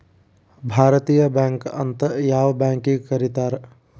ಭಾರತೇಯ ಬ್ಯಾಂಕ್ ಅಂತ್ ಯಾವ್ ಬ್ಯಾಂಕಿಗ್ ಕರೇತಾರ್?